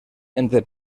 entre